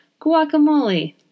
guacamole